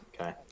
Okay